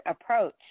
approach